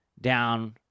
down